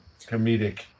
comedic